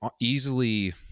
easily